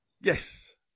Yes